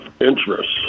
interest